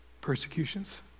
persecutions